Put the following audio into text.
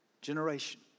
generation